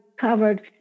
covered